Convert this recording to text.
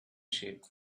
shape